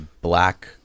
black